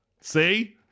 See